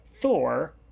thor